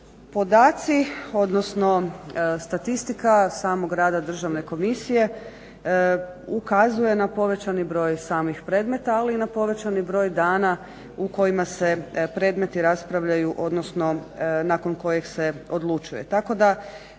Podaci odnosno statistika samog rada državne komisije ukazuje na povećani broj samih predmeta ali i na povećani broj dana u kojima se predmeti raspravljaju odnosno nakon kojeg se odlučuje.